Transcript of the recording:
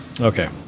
Okay